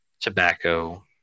tobacco